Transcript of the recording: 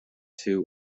two